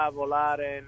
volare